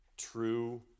True